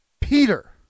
Peter